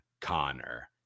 Connor